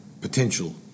potential